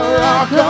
rock